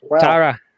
Tara